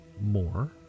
more